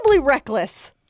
reckless